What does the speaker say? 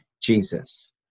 Jesus